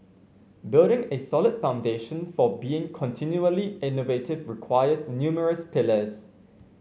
building a solid foundation for being continually innovative requires numerous pillars